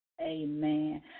Amen